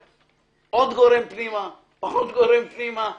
בעמדות שהן שמרניות, או דברים מהסוג הזה.